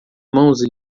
mãos